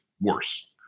worse